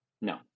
No